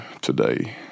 today